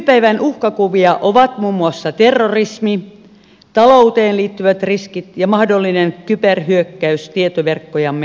nykypäivän uhkakuvia ovat muun muassa terrorismi talouteen liittyvät riskit ja mahdollinen kyberhyökkäys tietoverkkojamme kohtaan